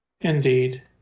indeed